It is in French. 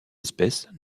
espèces